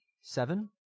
Seven